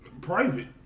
private